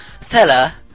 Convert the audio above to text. Fella